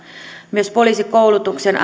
myös poliisikoulutuksen